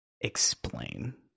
explain